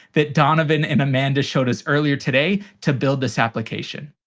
that donovan and amanda showed us earlier today, to build this application.